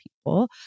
people